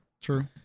True